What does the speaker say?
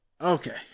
Okay